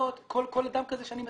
כל אדם כזה שאתה מעסיק,